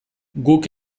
guk